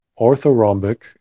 orthorhombic